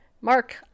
Mark